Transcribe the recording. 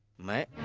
my